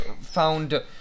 found